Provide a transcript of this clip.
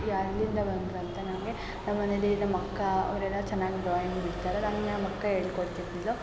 ಎಲ್ಲಿಂದ ಬಂದರಂತ ನಂಗೆ ನಮ್ಮ ಮನೇಲಿ ನಮ್ಮಅಕ್ಕ ಅವ್ರೆಲ್ಲ ಚೆನ್ನಾಗ್ ಡ್ರಾಯಿಂಗ್ ಬಿಡ್ತಾರೆ ನನ್ಗೆ ನಮ್ಮಅಕ್ಕ ಹೇಳ್ಕೊಡ್ತಿದಿದ್ಲು